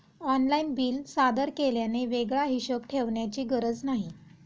online bill सादर केल्याने वेगळा हिशोब ठेवण्याची गरज नाही